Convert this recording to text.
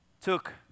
took